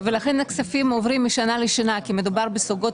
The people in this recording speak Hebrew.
הכספים עוברים משנה לשנה כי מדובר בסוגיות